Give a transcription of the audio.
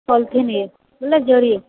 polythene ୟେ ବୋଲେ ଜରି